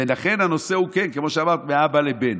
ולכן הנושא הוא כן, כמו שאמרת, מאבא לבן.